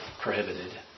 prohibited